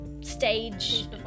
stage